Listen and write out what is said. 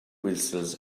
whistles